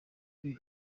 kwe